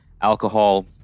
alcohol –